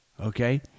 Okay